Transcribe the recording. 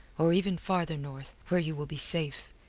or even farther north, where you will be safe.